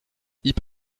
hip